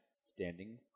standing